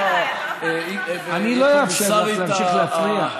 אני לא אאפשר לך להמשיך להפריע.